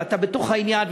אתה בתוך העניין,